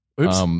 Oops